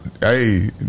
Hey